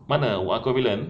mana covalent